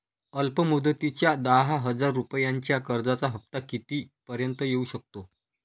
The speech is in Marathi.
अल्प मुदतीच्या दहा हजार रुपयांच्या कर्जाचा हफ्ता किती पर्यंत येवू शकतो?